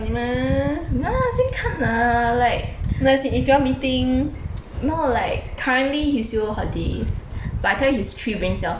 ah 先看啊 like no like currently he's still holidays but I tell you his three brain cells I cannot